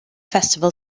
festival